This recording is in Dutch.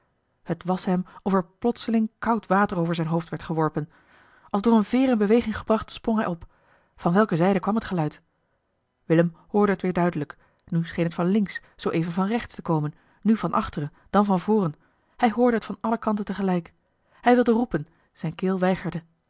t was hem of er plotseling koud water over zijn hoofd werd geworpen als door eene veer in beweging gebracht sprong hij op van welke zijde kwam het geluid willem hoorde het weer duidelijk nu scheen het van links zooeven van rechts te komen nu van achteren dan van voren hij eli heimans willem roda hoorde het van alle kanten tegelijk hij wilde roepen zijn keel weigerde